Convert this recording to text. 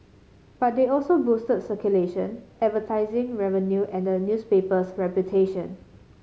but they also boosted circulation advertising revenue and the newspaper's reputation